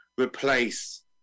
replace